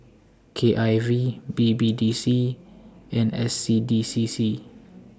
K I V B B D C and S C D C C